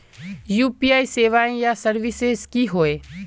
UPI सेवाएँ या services की होय?